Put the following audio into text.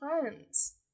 friends